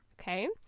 Okay